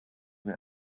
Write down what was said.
mir